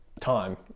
time